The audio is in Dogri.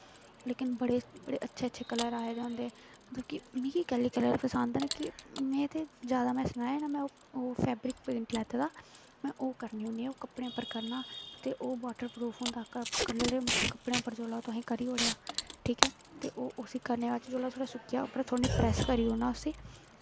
लेकिन बड़े अच्छे अच्छे कल्लर आए दे होंदे मतलब मिगी कैह्ल्ली कल्लर पसंद न कि में ते जैदा में सनाया ना ओह् फैबरिक पेंट लैत्ते दा में ओह् करनी होनी कपड़े पर कीते दा ते ओह् वाटर प्रूफ होंदा कल्लर कपड़ें पर जिसलै तुसें करी ओड़ेआ ठीक ऐ ते ओह् उसी करने दे बाद जिसलै सुक्केआ फिर थोह्ड़ा जेहा प्रैस्स करी ओड़नां उसी